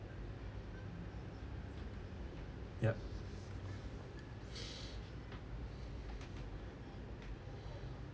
ya